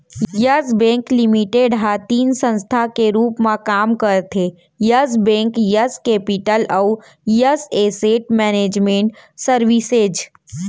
yes Bank Limited ह तीन संस्था के रूप म काम करथे यस बेंक, यस केपिटल अउ यस एसेट मैनेजमेंट सरविसेज